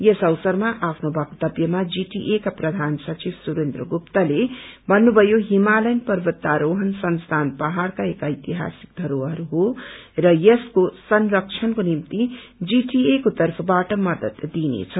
यस अवसरमा आफ्नो बक्तव्यमा जीटीए का प्रधान सचिव सुरेन्द्र गुप्तले भन्नुभयो हिमालयन पर्वतारोहण संस्थान पहाड़का एक ऐतिहासिक घरोहर हो र यसको संरक्षणको निम्ति जीटीए को तर्फबाट मदत दिइनेछ